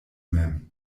mem